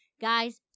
guys